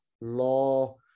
law